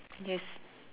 yes